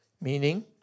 meaning